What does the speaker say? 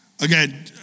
Again